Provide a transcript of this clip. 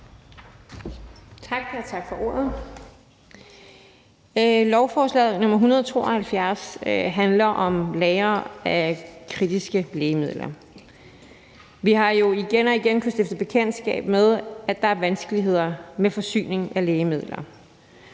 Durhuus (S): Tak for ordet. Lovforslag nr. 172 handler om lagre af kritiske lægemidler. Vi har jo igen og igen kunnet stifte bekendtskab med, at der er vanskeligheder med forsyningen af lægemidler.